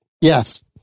Yes